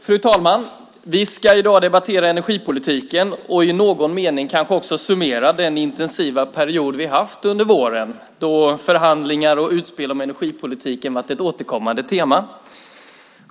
Fru talman! Vi ska i dag debattera energipolitiken och i någon mening kanske också summera den intensiva period vi har haft under våren, då förhandlingar och utspel om energipolitiken har varit ett återkommande tema.